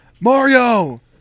Mario